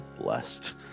blessed